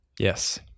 Yes